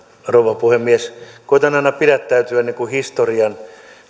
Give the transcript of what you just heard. rouva puhemies koetan aina pidättäytyä historian